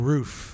Roof